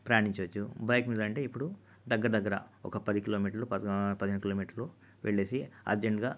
ప్రయాణించ వచ్చు బైకు మీదంటే ఇప్పుడు దగ్గర దగ్గర ఒక పది కిలోమీటర్లు ఒక పదిహేను కిలో మీటర్లు వెళ్ళేసి అర్జెంట్గా